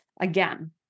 again